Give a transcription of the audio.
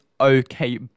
okay